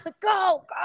go